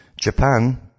Japan